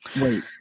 Wait